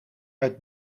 uit